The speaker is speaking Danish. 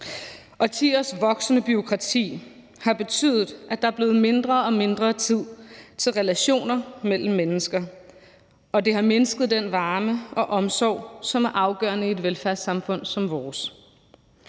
Årtiers voksende bureaukrati har betydet, at der er blevet mindre og mindre tid til relationer mellem mennesker, og det har mindsket den varme og omsorg, som er afgørende i et velfærdssamfund som vores.